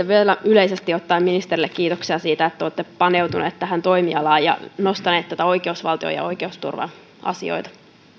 vielä yleisesti ottaen ministerille kiitoksia siitä että te olette paneutunut tähän toimialaan ja nostanut esille näitä oikeusvaltio ja oikeusturva asioita